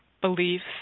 beliefs